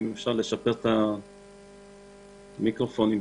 אם אפשר, לשפר את המיקרופונים שם.